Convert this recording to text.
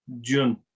June